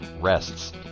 rests